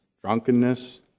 drunkenness